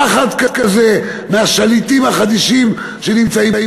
פחד כזה מהשליטים החדישים שנמצאים פה.